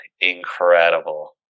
Incredible